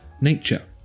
nature